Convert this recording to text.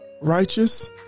righteous